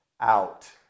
out